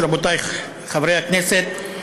רבותיי חברי הכנסת,